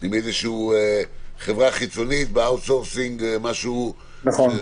עם איזושהי חברה חיצונית ב-outsourcing -- נכון.